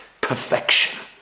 perfection